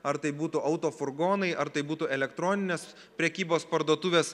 ar tai būtų autofurgonai ar tai būtų elektroninės prekybos parduotuvės